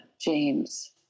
James